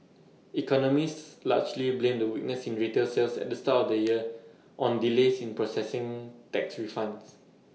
economists largely blame the weakness in retail sales at the start of the year on delays in processing tax refunds